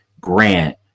grant